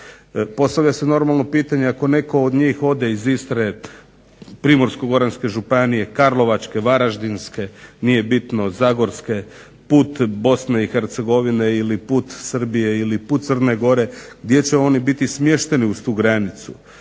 Postavlja se normalno pitanje ako netko od njih ode iz Istre, Primorsko-goranske županije, Karlovačke, Varaždinske nije bitno Zagorske, put BiH ili put Srbije ili put Crne Gore gdje će oni biti smješteni uz tu granicu?